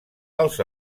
als